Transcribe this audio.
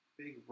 big